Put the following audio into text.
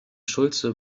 schulze